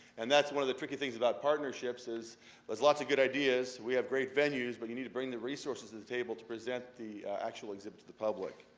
and that's one of the tricky things about partnerships, is there's lots of good ideas, we have great venues, but you need to bring the resources to the table to present the actual exhibit to the public.